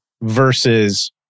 versus